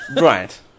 Right